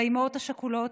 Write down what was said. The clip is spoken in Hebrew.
לאימהות השכולות,